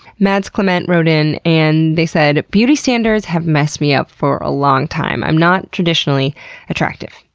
mads clement wrote in and they said, beauty standards have messed me up for a long time. i'm not traditionally attractive.